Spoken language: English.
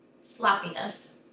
sloppiness